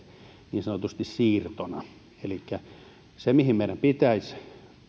niin sanotusti siirtona elikkä se mihin meidän pitäisi